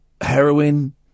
Heroin